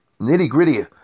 nitty-gritty